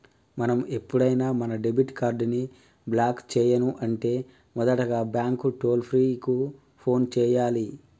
మనం ఎప్పుడైనా మన డెబిట్ కార్డ్ ని బ్లాక్ చేయను అంటే మొదటగా బ్యాంకు టోల్ ఫ్రీ కు ఫోన్ చేయాలి